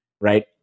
Right